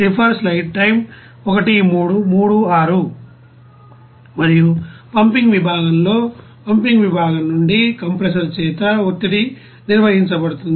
మరియు పంపింగ్ విభాగంలో పంపింగ్ విభాగం నుండి కంప్రెసర్ చేత ఒత్తిడి నిర్వహించబడుతుంది